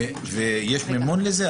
יש מימון לזה?